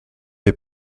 est